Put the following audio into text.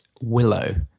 Willow